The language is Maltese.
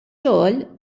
xogħol